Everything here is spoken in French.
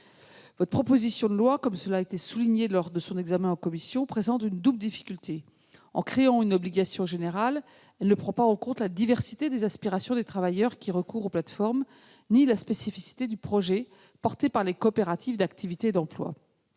Votre proposition de loi, cela a été souligné lors de l'examen en commission, présente une double difficulté. En premier lieu, en créant une obligation générale, elle ne prend en compte ni la diversité des aspirations des travailleurs qui recourent aux plateformes ni la spécificité du projet porté par les coopératives d'activité et d'emploi.